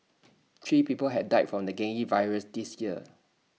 three people have died from the virus this year